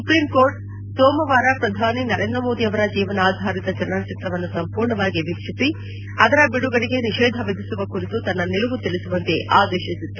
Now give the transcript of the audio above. supreme court ಸೋಮವಾರ ಪ್ರಧಾನಿ ನರೇಂದ್ರ ಮೋದಿ ಅವರ ಜೀವನಾಧಾರಿತ ಚಲನಚಿತ್ರವನ್ನು ಸಂಪೂರ್ಣವಾಗಿ ವೀಕ್ಷಿಸಿ ಅದರ ಬಿಡುಗಡೆಗೆ ನಿಷೇಧ ವಿಧಿಸುವ ಕುರಿತು ತನ್ನ ನಿಲುವನ್ನು ತಿಳಿಸುವಂತೆ ಆದೇಶಿಸಿತ್ತು